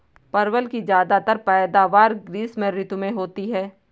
परवल की ज्यादातर पैदावार ग्रीष्म ऋतु में होती है